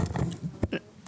וזאת לאחר השיח הבין-משרדי.